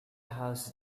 house